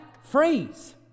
phrase